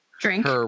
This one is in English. Drink